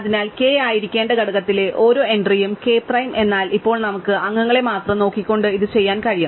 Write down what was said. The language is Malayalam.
അതിനാൽ k ആയിരിക്കേണ്ട ഘടകത്തിലെ ഓരോ എൻട്രിയും k പ്രൈം എന്നാൽ ഇപ്പോൾ നമുക്ക് അംഗങ്ങളെ മാത്രം നോക്കിക്കൊണ്ട് ഇത് ചെയ്യാൻ കഴിയും